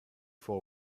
for